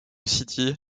city